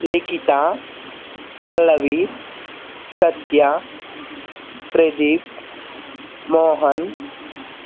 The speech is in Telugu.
లిఖిత పల్లవి సత్య ప్రదీప్ మోహన్